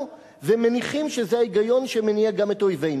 ומניחים שזה ההיגיון שמניע גם את אויבינו.